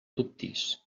dubtis